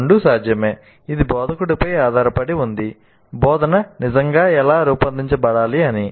రెండూ సాధ్యమే ఇది బోధకుడిపై ఆధారపడి ఉంది బోధన నిజంగా ఎలా రూపొందించబడాలి అని